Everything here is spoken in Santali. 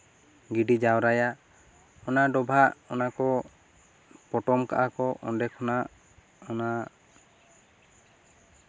ᱜᱤᱰᱤ ᱡᱟᱣᱨᱟᱭᱟ ᱚᱱᱟ ᱰᱚᱵᱷᱟᱜ ᱚᱱᱟ ᱠᱚ ᱯᱚᱴᱚᱢ ᱠᱟᱜᱼᱟ ᱠᱚ ᱚᱸᱰᱮ ᱠᱷᱚᱱᱟᱜ ᱚᱱᱟ